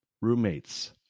roommates